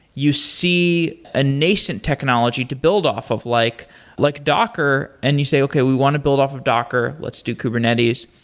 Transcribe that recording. you see a nascent technology to build off of, like like docker, and you say, okay. we want to build off of docker. let's do kubernetes.